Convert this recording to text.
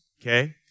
okay